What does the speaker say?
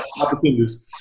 opportunities